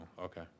Okay